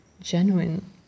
genuine